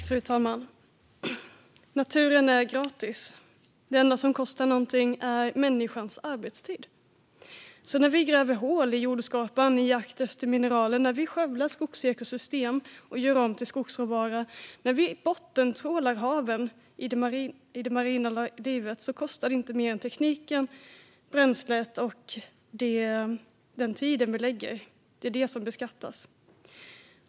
Fru talman! Naturen är gratis. Det enda som kostar är människans arbetstid. När vi gräver hål i jordskorpan på jakt efter mineraler, skövlar skogsekosystem och gör om till skogsråvara eller bottentrålar haven i jakt på det marina livet kostar det alltså inte mer än tekniken, bränslet och den tid vi lägger ned på det. Det är det som beskattas.